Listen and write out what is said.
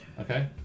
Okay